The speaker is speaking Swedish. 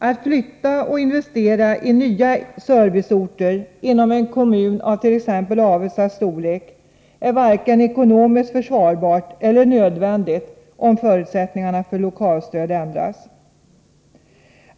Att flytta och investera i nya serviceorter inom en kommun av t.ex. Avestas storlek är varken ekonomiskt försvarbart eller nödvändigt, om förutsättningarna för lokalstöd ändras.